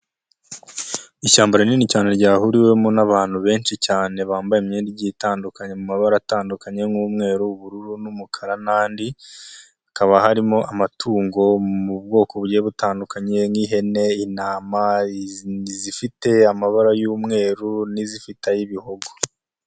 Ishyamba rinini cyane ryahuriwemo n'abantu benshi cyane, bambaye imyenda igiye itandukanye mu mabara atandukanye nk'umweru, ubururu n'umukara n'andi, hakaba harimo amatungo, mu bwoko butandukanye nk'ihene, intama, izifite amabara y'umweru n'izifite ay'ibihogo.